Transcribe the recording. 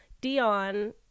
Dion